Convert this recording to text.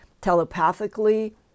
telepathically